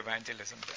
evangelism